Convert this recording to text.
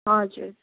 हजुर